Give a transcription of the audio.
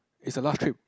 is the last trip